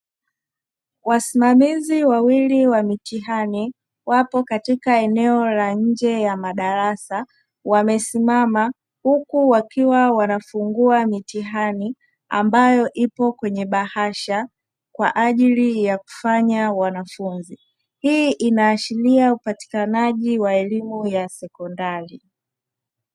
Wasimamizi wawili wa mitihani wapo katika eneo la nje ya madarasa wamesimama, huku wakiwa wanafungua mitihani ambayo ipo kwenye bahasha kwa ajili ya kufanya wanafunzi. Hii inaashiria upatikanaji wa elimu ya sekondari.